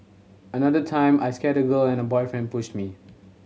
another time I scared a girl and her boyfriend pushed me